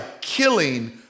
killing